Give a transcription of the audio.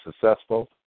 successful